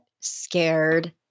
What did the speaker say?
scared